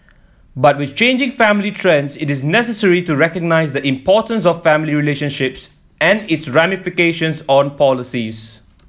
but with changing family trends it is necessary to recognise the importance of family relationships and its ramifications on policies